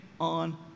on